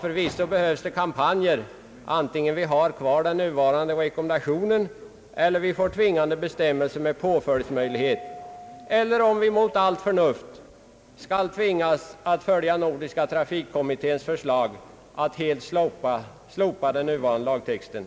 Förvisso behövs det kampanjer, antingen vi har kvar den nuvarande rekommendationen eller vi får en tvingande bestämmelse med påföljdsmöjlighet, eller om vi mot allt förunft skall tvingas att följa Nordiska trafikkommitténs förslag att helt slopa den nuvarande lagtexten.